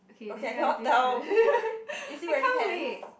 okay then ya it's different I can't wait